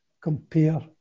compare